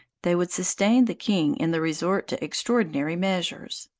they would sustain the king in the resort to extraordinary measures.